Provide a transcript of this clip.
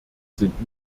sind